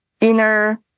inner